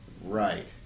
Right